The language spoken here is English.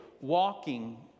walking